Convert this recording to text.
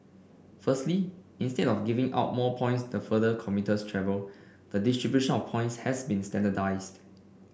firstly instead of giving out more points the further commuters travel the distribution of points has been standardised